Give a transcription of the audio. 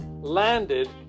landed